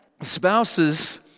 spouses